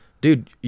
dude